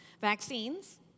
Vaccines